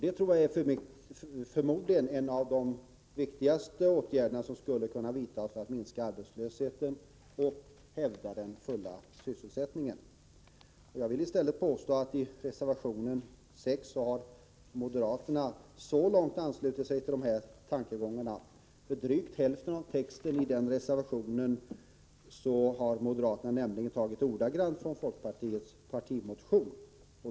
Detta är förmodligen en av de viktigaste åtgärder som skulle kunna vidtas för att minska arbetslösheten och hävda den fulla sysselsättningen. Jag vill i stället påstå att i reservationen 6 har moderaterna så långt anslutit sig till dessa tankegångar, att drygt hälften av texten i denna reservation har moderaterna tagit ordagrant från folkpartiets partimotion.